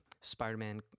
Spider-Man